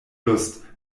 lust